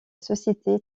société